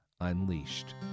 Unleashed